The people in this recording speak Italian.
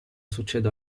succede